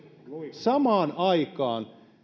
samaan aikaan